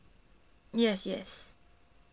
yes yes